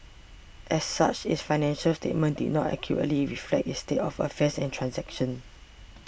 as such its financial statements did not accurately reflect its state of affairs and transactions